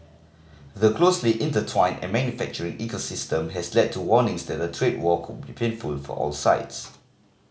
the closely intertwined and manufacturing ecosystem has led to warnings that a trade war could be painful for all sides